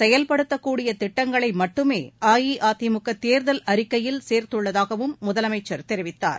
செயல்படுத்தக்கூடிய திட்டங்களை மட்டுமே அஇஅதிமுக தேர்தல் அறிக்கையில் சேர்த்துள்ளதாகவும் முதலமைச்சர் தெரிவித்தார்